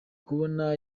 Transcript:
kubona